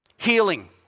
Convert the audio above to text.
Healing